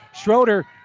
Schroeder